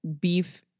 beef